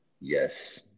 Yes